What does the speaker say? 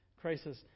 crisis